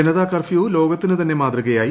Janata curfew ലോകത്തിന് തന്നെ മാതൃകയായി